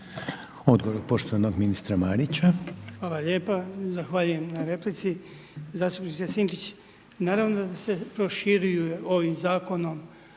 Odgovor poštovanog ministra Marića. **Marić, Goran (HDZ)** Hvala lijepe, zahvaljujem na replici, zastupniče Sinčić, naravno da se proširuju ovim zakonom